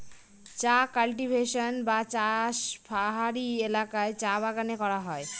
চা কাল্টিভেশন বা চাষ পাহাড়ি এলাকায় চা বাগানে করা হয়